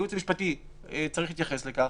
הייעוץ המשפטי צריך להתייחס לכך.